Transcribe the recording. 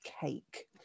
cake